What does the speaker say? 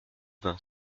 vingt